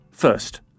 First